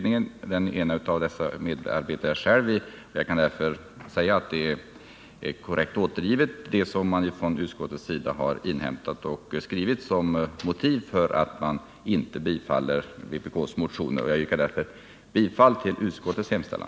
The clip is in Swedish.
I den ena av utredningarna medarbetar jag själv, och jag kan därför säga att vad utskottet inhämtat och anfört som motiv för att inte biträda vpk:s motion är korrekt återgivet. Jag yrkar bifall till utskottets hemställan.